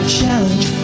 challenge